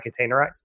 containerize